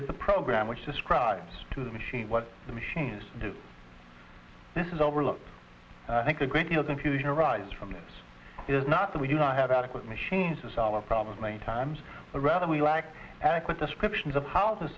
the program which describes to the machine what the machines do this is overlooked i think a great deal of confusion arises from this is not that we do not have adequate machines to solve our problems many times or rather we lack adequate descriptions of how to